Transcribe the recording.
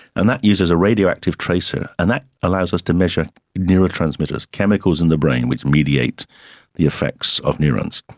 and that uses a radioactive tracer, and that allows us to measure neurotransmitters, chemicals in the brain which mediate the effects of neurons.